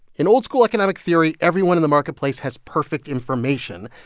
in old school economic theory, everyone in the marketplace has perfect information.